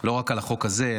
לא רק על החוק הזה.